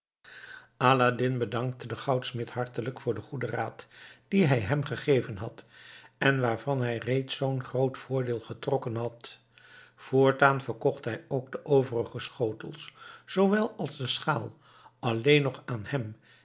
aladdin bedankte den goudsmid hartelijk voor den goeden raad dien hij hem gegeven had en waarvan hij reeds zoo'n groot voordeel getrokken had voortaan verkocht hij ook de overige schotels zoowel als de schaal alleen nog aan hem